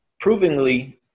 provingly